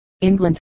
england